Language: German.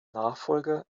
nachfolger